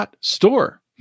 store